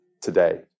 today